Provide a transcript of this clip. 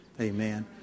Amen